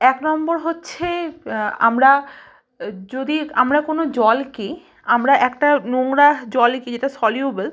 এক নম্বর হচ্ছে আমরা যদি আমরা কোনো জলকে আমরা একটা নোংরা জলকে যেটা সলিউবেল